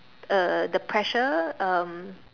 uh the pressure um